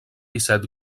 disset